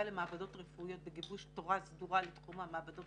למעבדות רפואיות בגיבוש תורה סדורה לתחום המעבדות